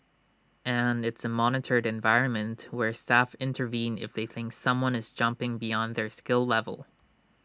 and it's A monitored environment where staff intervene if they think someone is jumping beyond their skill level